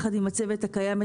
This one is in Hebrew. יחד עם הצוות הקיים,